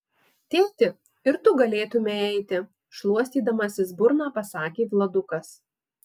tėti ir tu galėtumei eiti šluostydamasis burną pasakė vladukas